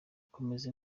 gukomeza